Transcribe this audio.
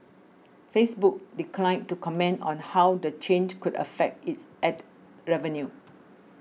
Facebook declined to comment on how the change could affect its ad revenue